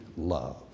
love